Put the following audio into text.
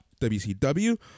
WCW